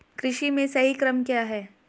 कृषि में सही क्रम क्या है?